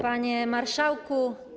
Panie Marszałku!